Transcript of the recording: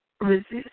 resist